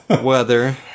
weather